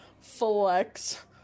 flex